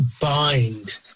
bind